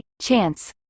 chance